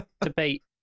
debate